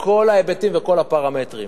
בכל ההיבטים בכל הפרמטרים.